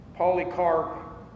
Polycarp